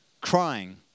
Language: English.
crying